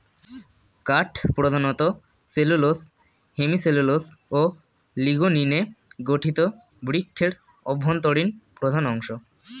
কাঠ প্রধানত cellulose, hemicellulose ও লিগনিনে গঠিত বৃক্ষের অভ্যন্তরীণ অংশ